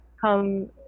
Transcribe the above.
come